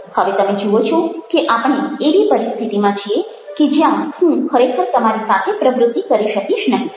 હવે તમે જુઓ છો કે આપણે એવી પરિસ્થિતિમાં છીએ કે જ્યાં હું ખરેખર તમારી સાથે પ્રવૃત્તિ કરી શકીશ નહિ